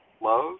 love